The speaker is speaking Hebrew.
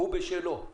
הוא בשלו.